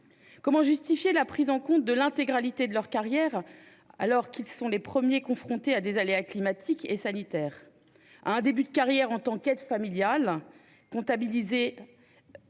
Comment justifier la prise en compte de l'intégralité de leur carrière, alors qu'ils sont les premiers confrontés à des aléas climatiques et sanitaires,